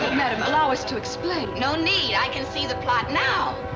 madam, allow us to explain. no need. i can see the plot now.